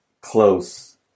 close